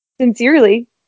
sincerely